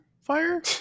fire